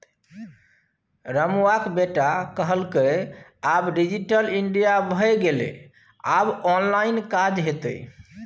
रमुआक बेटा कहलकै आब डिजिटल इंडिया भए गेलै आब ऑनलाइन काज हेतै